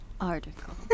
Article